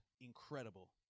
incredible